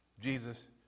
Jesus